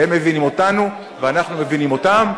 הם מבינים אותנו ואנחנו מבינים אותם,